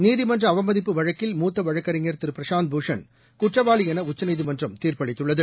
நீதிமன்றஅவமதிப்பு வழக்கில் மூத்தவழக்கறிஞர் திரு பிரசாந்த் பூஷன் குற்றவாளிஎனஉச்சநீதிமன்றம் தீர்ப்பளித்துள்ளது